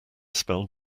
spell